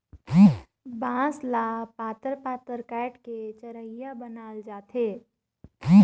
बांस ल पातर पातर काएट के चरहिया बनाल जाथे